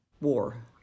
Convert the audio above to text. War